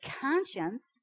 conscience